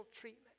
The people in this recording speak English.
treatment